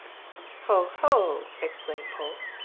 ho, ho! exclaimed polke.